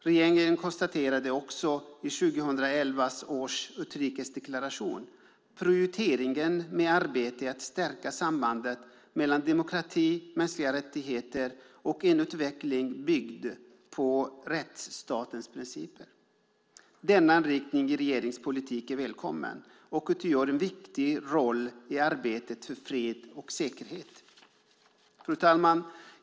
Regeringen konstaterade också i 2011 års utrikesdeklaration prioriteringen med arbetet med att stärka sambandet mellan demokrati, mänskliga rättigheter och en utveckling byggd på rättsstatens principer. Denna inriktning i regeringens politik är välkommen och utgör en viktig roll i arbetet för fred och säkerhet. Fru talman!